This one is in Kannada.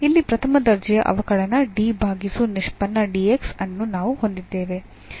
ಇಲ್ಲಿ ಪ್ರಥಮ ದರ್ಜೆಯ ಅವಕಲನ d ಭಾಗಿಸು ನಿಷ್ಪನ್ನ dx ಅನ್ನು ನಾವು ಹೊಂದಿದ್ದೇವೆ